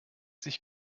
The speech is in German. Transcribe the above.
sich